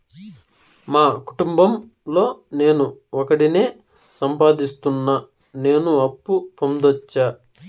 మా కుటుంబం లో నేను ఒకడినే సంపాదిస్తున్నా నేను అప్పు పొందొచ్చా